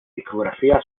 discografía